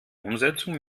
umsetzung